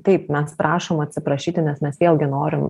taip mes prašom atsiprašyti nes mes vėlgi norim